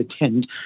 attend